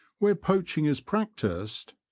where poaching is practised,